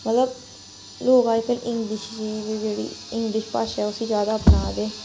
मतलब लोक अज्जकल इंग्लिश गी जेह्ड़ी इंग्लिश भाशा ऐ उसी ज्यादा अपनाऽ दे